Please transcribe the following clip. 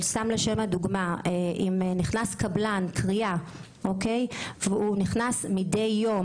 אבל סתם לשם הדוגמה: אם נכנס קבלן כרייה מדי יום,